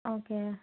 okay